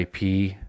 IP